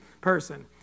person